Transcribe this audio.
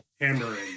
hammering